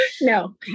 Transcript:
No